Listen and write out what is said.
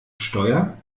steuer